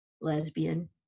lesbian